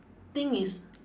thing is